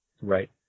Right